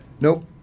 Nope